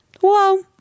Whoa